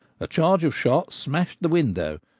a charge of shot smashed the window,